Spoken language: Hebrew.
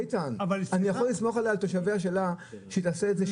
אני יכול לסמוך על התושבים שלה שהיא תעשה את זה.